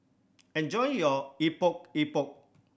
enjoy your Epok Epok